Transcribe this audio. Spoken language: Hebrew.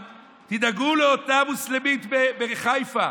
אבל תדאגו לאותה מוסלמית בחיפה,